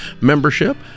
membership